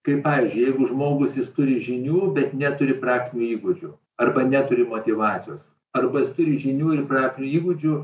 kaip pavyzdžiui jeigu žmogus jis turi žinių bet neturi praktinių įgūdžių arba neturi motyvacijos arba turi žinių ir praktinių įgūdžių